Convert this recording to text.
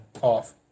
off